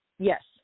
Yes